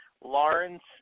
Lawrence